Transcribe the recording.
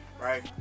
Right